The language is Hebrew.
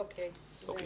אוקיי.